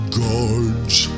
guards